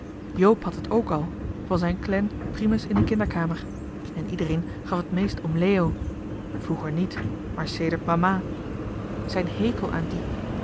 joop had het ook al van zijn clan primus in de kinderkamer en iedereen gaf het meest om leo vroeger niet maar sedert mama zijn hekel aan die